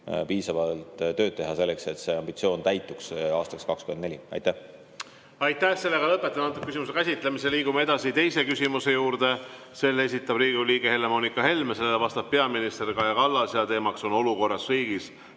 kõigil vaja tööd teha, selleks et see ambitsioon täituks aastaks 2024. Aitäh!